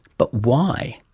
but why?